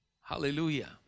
Hallelujah